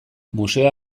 museo